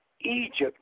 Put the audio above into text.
Egypt